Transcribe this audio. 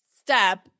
step